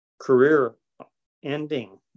career-ending